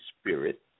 spirit